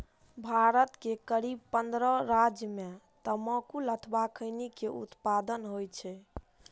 भारत के करीब पंद्रह राज्य मे तंबाकू अथवा खैनी के उत्पादन होइ छै